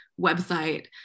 website